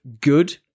good